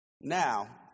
Now